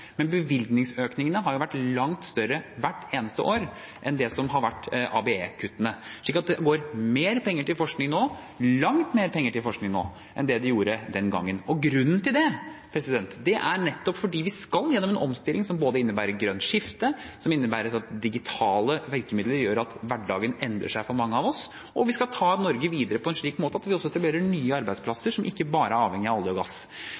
Men bevilgningsøkningene har vært langt større hvert eneste år enn ABE-kuttene, slik at det går mer penger til forskning nå – langt mer penger til forskning nå – enn det gjorde den gangen. Grunnen til det er nettopp at vi skal gjennom en omstilling som innebærer både grønt skifte og at digitale virkemidler gjør at hverdagen endrer seg for mange av oss, og vi skal ta Norge videre på en slik måte at vi også etablerer nye arbeidsplasser som ikke bare er avhengig av olje og gass.